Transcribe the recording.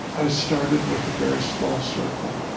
i started with a very small circle.